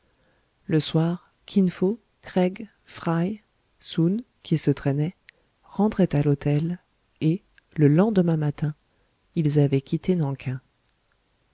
le soir kin fo craig fry soun qui se traînait rentraient à l'hôtel et le lendemain matin ils avaient quitté nan king